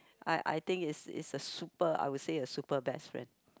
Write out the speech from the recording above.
I I think is is a super I would say a super best friend